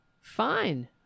fine